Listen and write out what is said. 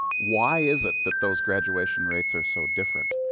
why is it that those graduation rates are so different?